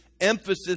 emphasis